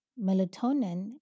Melatonin